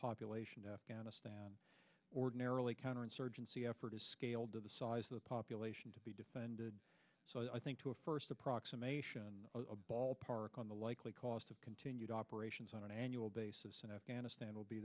population to afghanistan ordinarily counterinsurgency effort is scaled to the size of the population to be defended so i think to a first approximation a ballpark on the likely cost of continued operations on an annual basis in afghanistan will be